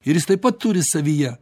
ir jis taip pat turi savyje